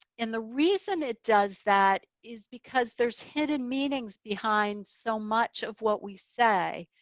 and the reason it does that is because there's hidden meanings behind so much of what we say.